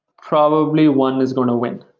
probably one is going to win,